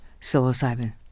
psilocybin